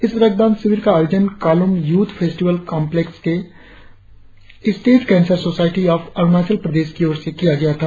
इस रक्तदान शिविर का आयोजन कालोम यूथ केपिटल कमप्लेक्स ने state cancer society of Arunachal Pradesh की ओर से किया था